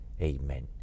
Amen